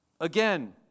Again